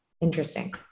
Interesting